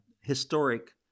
historic